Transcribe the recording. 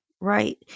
Right